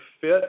fit